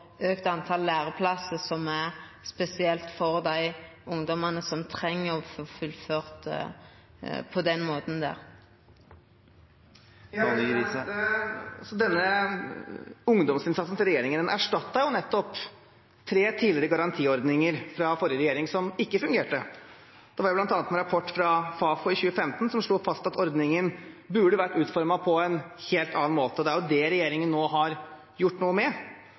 som treng å få fullført på denne måten. Denne ungdomsinnsatsen til regjeringen erstatter tre tidligere garantiordninger fra forrige regjering, som ikke fungerte. Det var bl.a. en rapport fra FAFO i 2015 som slo fast at ordningen burde vært utformet på en helt annen måte. Det er det regjeringen nå har gjort noe med,